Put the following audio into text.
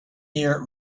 year